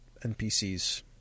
NPCs